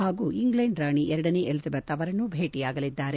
ಹಾಗೂ ಇಂಗ್ಲೆಂಡ್ ರಾಣಿ ಎರಡನೇ ಎಲಿಜಬೆತ್ ಅವರನ್ನು ಭೇಟಿಯಾಗಲಿದ್ದಾರೆ